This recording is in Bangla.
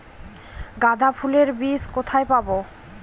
গাঁদা ফুলের বীজ কোথায় পাবো?